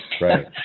right